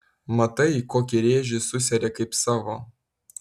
matai kokį rėžį susiarė kaip savo